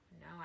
no